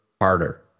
harder